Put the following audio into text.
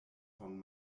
von